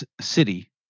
city